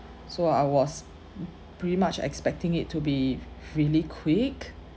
so I was pretty much expecting it to be really quick